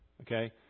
okay